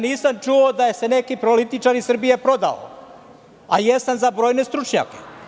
Nisam čuo da se neki političar iz Srbije prodao, a jesam za brojne stručnjake.